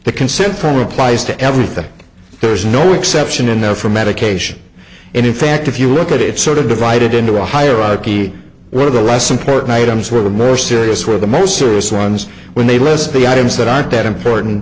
the consent form applies to everything there's no exception in there for medication and in fact if you look at it sort of divided into a hierarchy where the less important items were the more serious were the most serious ones when they list the items that aren't that important